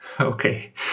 Okay